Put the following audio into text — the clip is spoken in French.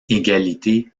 égalité